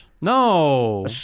No